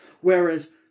Whereas